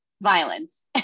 violence